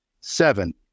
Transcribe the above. seven